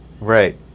Right